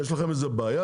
יש לכם איזה בעיה?